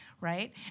right